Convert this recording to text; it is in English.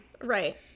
Right